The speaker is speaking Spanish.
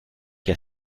que